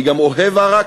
אני גם אוהב עראק.